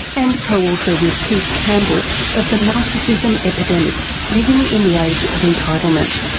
and co-author with keith campbell of the narcissism epidemic living in the age of entitlement.